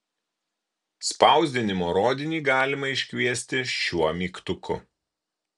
spausdinimo rodinį galima iškviesti šiuo mygtuku